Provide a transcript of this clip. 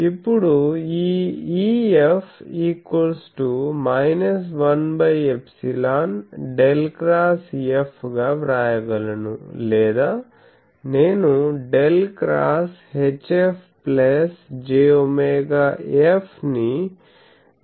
ఇప్పుడు ఈ EF 1∊ ∇ XF గా వ్రాయగలను లేదా నేను ∇ X HFjωF నీ జీరో గా వ్రాయగలను